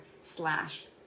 slash